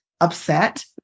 upset